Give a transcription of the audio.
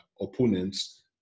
opponents